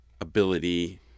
ability